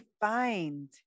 find